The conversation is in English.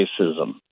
racism